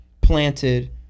planted